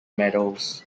medals